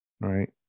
right